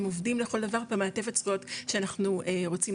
הם עובדים לכל דבר והמעטפת זכויות שאנחנו רוצים